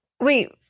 Wait